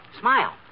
Smile